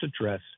address